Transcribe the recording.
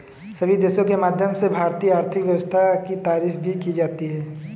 सभी देशों के माध्यम से भारतीय आर्थिक व्यवस्था की तारीफ भी की जाती है